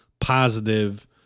positive